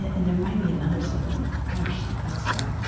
and there might be another sibling. gosh, that's sad.